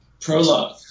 Prologue